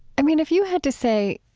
i mean, if you had to say,